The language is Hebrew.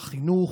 החינוך,